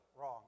wrong